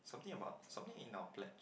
something about something in our pledge